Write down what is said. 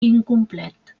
incomplet